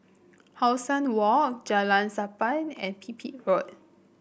How Sun Walk Jalan Sappan and Pipit Road